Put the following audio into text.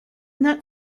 not